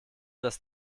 das